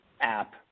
app